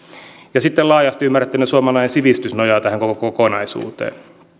ja sitten laajasti ymmärrettynä suomalainen sivistys nojaa tähän koko kokonaisuuteen